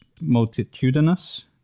multitudinous